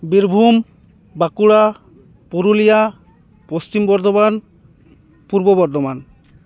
Birbhum Bankura Purulia Paschim Bardhaman Purba Bardhaman